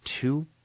two